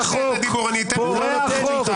פורע חוק.